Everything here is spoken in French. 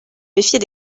méfier